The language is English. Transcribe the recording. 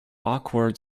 awkward